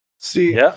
See